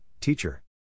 teacher